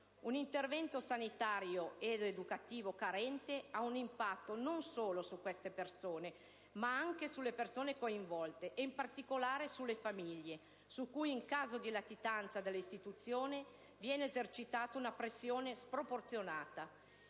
Un intervento sanitario ed educativo carente ha un impatto non solo su queste persone, ma anche su quelle coinvolte insieme a loro, e in particolare sulle famiglie, su cui, in caso di latitanza delle istituzioni, viene esercitata una pressione sproporzionata.